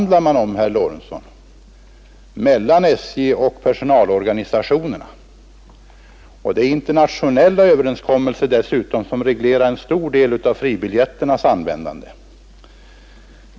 Dessutom är det här fråga om internationella överenskommelser, som reglerar en stor del av fribiljetternas användande.